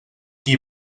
qui